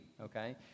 Okay